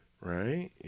right